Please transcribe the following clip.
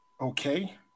okay